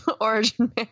Origin